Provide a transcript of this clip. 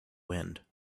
wind